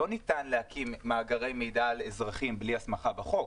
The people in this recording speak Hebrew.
לא ניתן להקים מאגרי מידע על אזרחים בלי הסמכה בחוק.